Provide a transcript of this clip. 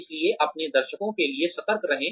इसलिए अपने दर्शकों के लिए सतर्क रहें